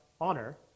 honor